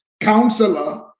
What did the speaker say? counselor